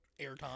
airtime